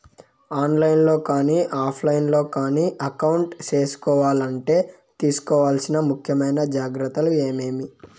On line లో కానీ offline లో కానీ అకౌంట్ సేసుకోవాలంటే తీసుకోవాల్సిన ముఖ్యమైన జాగ్రత్తలు ఏమేమి?